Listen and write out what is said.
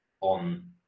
on